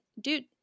dude